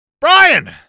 Brian